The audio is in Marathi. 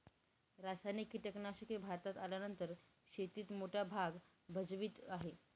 रासायनिक कीटनाशके भारतात आल्यानंतर शेतीत मोठा भाग भजवीत आहे